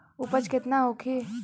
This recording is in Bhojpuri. उपज केतना होखे?